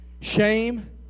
shame